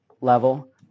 level